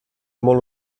molt